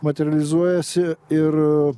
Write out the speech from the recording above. materializuojasi ir